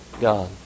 God